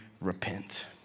repent